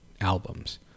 albums